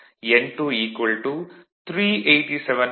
n2 387 R